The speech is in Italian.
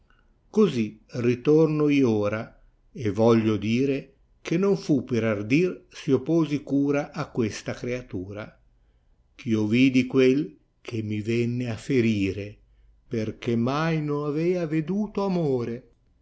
cosi ritorno i'ora e voglio dire che non fu per ardir s io posi cora a questa creatura ch io vidi quel che mi venne a ferirà perchè mai non avca vaduto amore